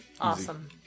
Awesome